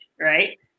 right